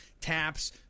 taps